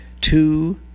Two